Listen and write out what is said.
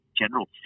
general